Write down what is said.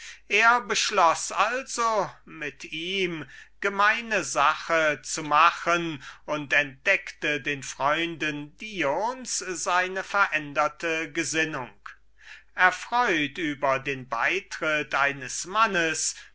er beschloß also mit ihm gemeine sache zu machen er entdeckte sich den freunden dions welche erfreut über den beitritt eines mannes